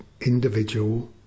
individual